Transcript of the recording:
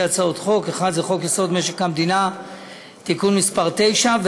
הצעות חוק: האחת היא חוק-יסוד: משק המדינה (תיקון מס' 9),